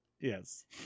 Yes